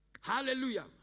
Hallelujah